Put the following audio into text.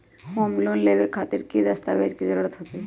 Home loan लेबे खातिर की की दस्तावेज के जरूरत होतई?